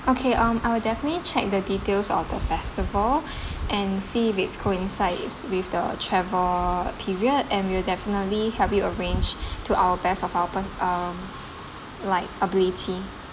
okay um I would definitely check the details on the festival and see if it coincides with the travel period we'll definitely help you arrange to our best of our abi~ um like ability